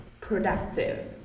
productive